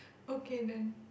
okay then